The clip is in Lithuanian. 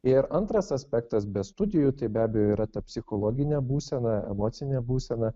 ir antras aspektas be studijų tai be abejo yra ta psichologinė būsena emocinė būsena